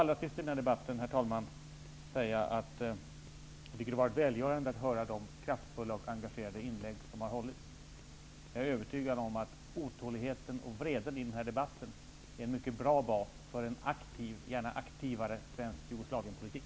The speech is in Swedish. Allra sist i den här debatten vill jag säga att jag tycker att det har varit välgörande att lyssna på alla kraftfulla och engagerade inlägg. Jag är övertygad om att den otålighet och den vrede som kommit till uttryck i den här debatten är en mycket bra bas för en aktiv, och gärna aktivare, svensk Jugoslavienpolitik.